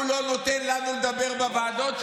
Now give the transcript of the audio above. הוא לא נותן לנו לדבר בוועדות,